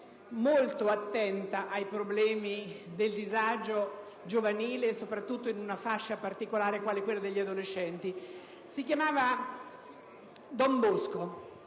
molto attenta ai problemi del disagio giovanile, soprattutto in una fascia particolare quella quale quella degli adolescenti: si chiamava Don Bosco.